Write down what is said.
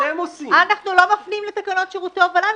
אנחנו לא מפנים לתקנות שירותי הובלה.